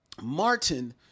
Martin